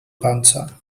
panza